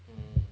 ugh